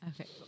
Okay